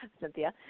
Cynthia